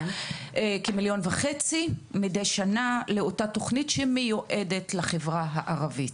כ-1.5 מיליון שקל מידי שנה לתוכנית שמיועדת לחברה הערבית.